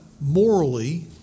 morally